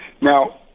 Now